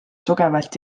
tugevalt